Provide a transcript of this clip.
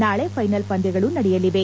ನಾಳೆ ಫ್ಟೆನಲ್ ಪಂದ್ಯಗಳು ನಡೆಯಲಿವೆ